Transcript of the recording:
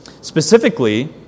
Specifically